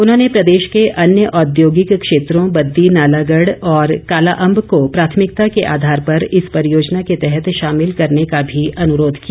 उन्होंने प्रदेश के अन्य औद्योगिक क्षेत्रों बद्दी नालागढ़ और कालाअम्ब को प्राथमिकता के आधार पर इस परियोजना के तहत शामिल करने का भी अनुरोध किया